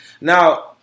Now